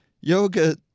yoga